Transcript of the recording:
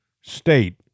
state